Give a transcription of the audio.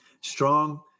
Strong